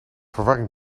verwarring